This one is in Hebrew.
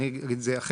אני אגיד את זה אחרת,